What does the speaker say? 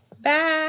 Bye